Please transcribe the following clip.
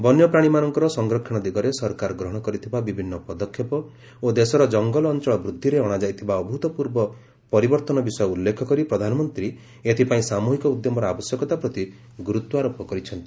ବନ୍ୟପ୍ରାଣୀମାନଙ୍କର ସଂରକ୍ଷଣ ଦିଗରେ ସରକାର ଗ୍ରହଣ କରିଥିବା ବିଭିନ୍ନ ପଦକ୍ଷେପ ଓ ଦେଶରେ ଜଙ୍ଗଲ ଅଞ୍ଚଳ ବୃଦ୍ଧିରେ ଅଣାଯାଇଥିବା ଅଭୃତ୍ପୂର୍ବ ପରିବର୍ତ୍ତନ ବିଷୟ ଉଲ୍ଲେଖ କରି ପ୍ରଧାନମନ୍ତ୍ରୀ ଏଥିପାଇଁ ସାମୃହିକ ଉଦ୍ୟମର ଆବଶ୍ୟକତା ପ୍ରତି ଗୁରୁତ୍ୱାରୋପ କରିଛନ୍ତି